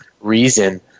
reason